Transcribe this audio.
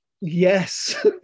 Yes